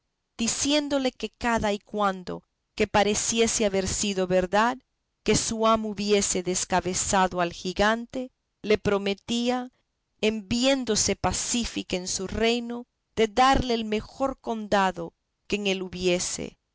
diciéndole que cada y cuando que pareciese haber sido verdad que su amo hubiese descabezado al gigante le prometía en viéndose pacífica en su reino de darle el mejor condado que en él hubiese